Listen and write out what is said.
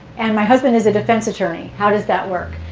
and my husband is a defense attorney. how does that work?